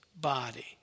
body